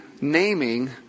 naming